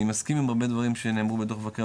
אני מסכים עם הרבה דברים שנאמרו בדו"ח מבקר המדינה,